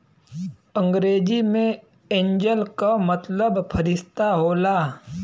अंग्रेजी मे एंजेल मतलब फ़रिश्ता होला